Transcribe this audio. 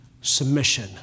submission